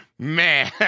Man